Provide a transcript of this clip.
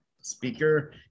speaker